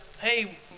hey